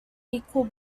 equal